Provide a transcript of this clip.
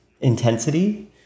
intensity